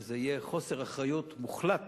ויהיה חוסר אחריות מוחלט